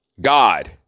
God